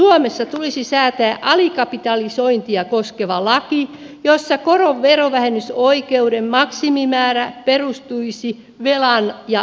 mielestämme suomessa tulisi säätää alikapitalisointia koskeva laki jossa koron verovähennysoikeuden maksimimäärä perustuisi velan ja oman pääoman suhteeseen